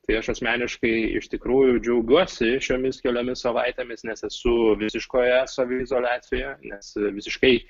tai aš asmeniškai iš tikrųjų džiaugiuosi šiomis keliomis savaitėmis nes esu visiškoje saviizoliacijoje nes visiškai